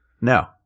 No